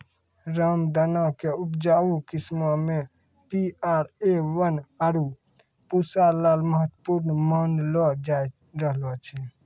रामदाना के उपजाऊ किस्मो मे पी.आर.ए वन, आरु पूसा लाल महत्वपूर्ण मानलो जाय रहलो छै